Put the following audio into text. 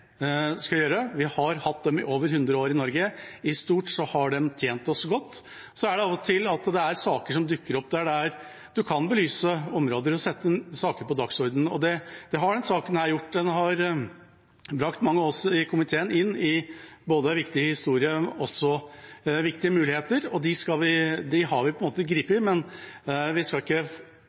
skal gjøre. Vi har hatt dem i over 100 år i Norge. I stort har de tjent oss godt, men så dukker det av og til opp saker der en kan belyse områder og sette saker på dagsordenen, og det har denne saken gjort. Den har brakt mange av oss i komiteen inn i både viktig historie og viktige muligheter, og dem har vi etter måten grepet, men vi skal ikke ta til oss alle de rollene i Stortinget. Men